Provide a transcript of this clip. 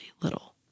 little